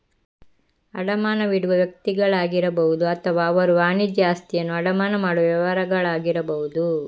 ಅಡಮಾನವಿಡುವ ವ್ಯಕ್ತಿಗಳಾಗಿರಬಹುದು ಅಥವಾ ಅವರು ವಾಣಿಜ್ಯ ಆಸ್ತಿಯನ್ನು ಅಡಮಾನ ಮಾಡುವ ವ್ಯವಹಾರಗಳಾಗಿರಬಹುದು